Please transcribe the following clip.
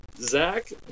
Zach